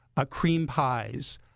ah cream pies,